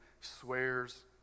swears